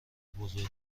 بزرگ